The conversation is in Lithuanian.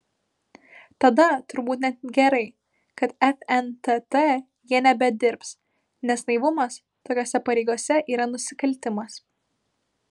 tada turbūt net gerai kad fntt jie nebedirbs nes naivumas tokiose pareigose yra nusikaltimas